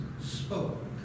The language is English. spoke